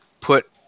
put